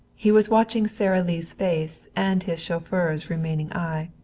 he was watching sara lee's face and his chauffeur's remaining eye.